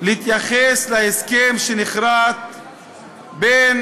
להתייחס להסכם שנכרת בין